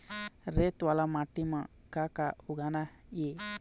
रेत वाला माटी म का का उगाना ये?